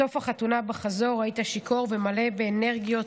בסוף החתונה, בחזור, היית שיכור ומלא באנרגיות